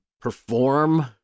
perform